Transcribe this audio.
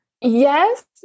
Yes